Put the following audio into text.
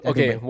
Okay